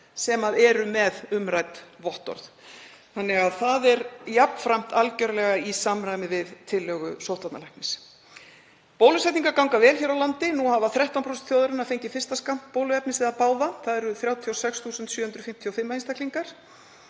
sem eru með umrædd vottorð. Það er jafnframt algerlega í samræmi við tillögu sóttvarnalæknis. Bólusetningar ganga vel hér á landi. Nú hafa 13% þjóðarinnar fengið fyrsta skammt bóluefnis eða báða. Það eru 36.755 einstaklingar.